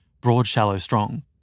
broad-shallow-strong